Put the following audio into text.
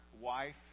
wife